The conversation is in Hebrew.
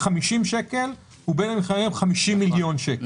50 שקל ובין אם אני חייב 50 מיליון שקל,